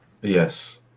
yes